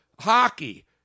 hockey